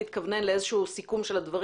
הם לא יכולים להתפנות ליותר מזה.